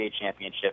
Championship